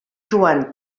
joan